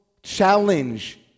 challenge